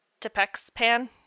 Tepexpan